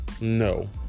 No